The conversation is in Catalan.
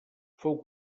fou